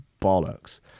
bollocks